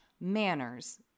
manners